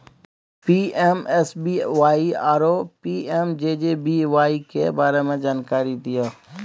PMSBY आरो PMJJBY के बारे मे जानकारी दिय?